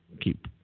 keep